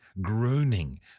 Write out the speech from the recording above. groaning